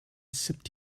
sipped